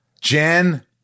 Jen